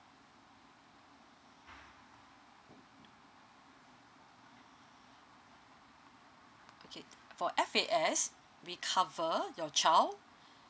okay for F_A_S we cover your child